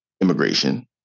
immigration